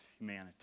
humanity